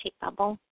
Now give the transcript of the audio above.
bubble